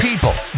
people